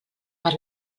per